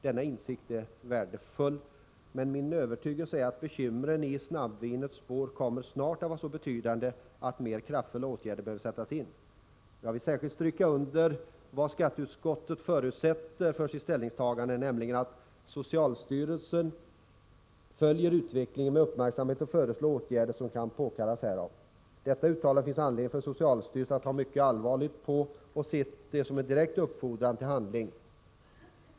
Denna insikt är värdefull, men min övertygelse är att bekymren i snabbvinets spår snart kommer att vara så betydande att mer kraftfulla åtgärder behöver sättas in. Jag vill särskilt stryka under vad skatteutskottet förutsätter för sitt ställningstagande, nämligen att socialstyrelsen följer utvecklingen med uppmärksamhet och föreslår de åtgärder som påkallas härav. Detta uttalan de finns det anledning för socialstyrelsen att ta mycket allvarligt på och se som en direkt uppfordran till handling.